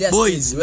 boys